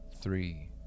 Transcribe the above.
three